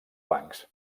flancs